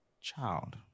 child